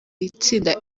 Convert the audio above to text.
itsinda